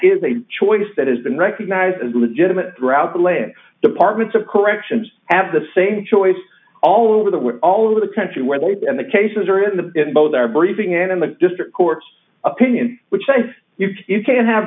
is a choice that has been recognized as legitimate throughout the land departments of corrections have the same choice all over the we're all over the country where the baby and the cases are in the in both our briefing and in the district court's opinion which says you can't have